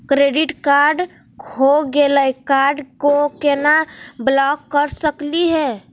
Credit card खो गैली, card क केना ब्लॉक कर सकली हे?